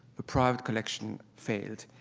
the private collection failed.